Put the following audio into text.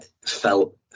felt